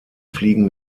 fliegen